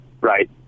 right